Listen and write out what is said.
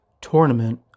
Tournament